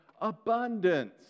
abundance